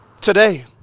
today